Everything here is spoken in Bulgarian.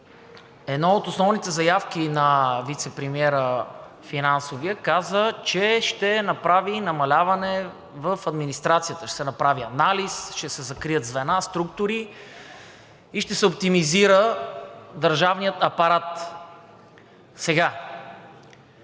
една от основните заявки на финансовия вицепремиер, който каза, че ще направи намаляване в администрацията, ще се направи анализ, ще се закрият звена, структури и ще се оптимизира държавният апарат.